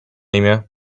imię